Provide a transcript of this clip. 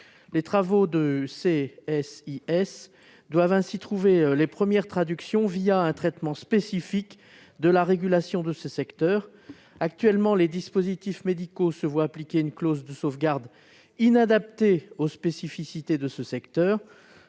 de santé (CSIS) doivent ainsi trouver leurs premières traductions un traitement spécifique de la régulation de ce secteur. Actuellement, les dispositifs médicaux se voient appliquer une clause de sauvegarde inadaptée aux spécificités de ce secteur.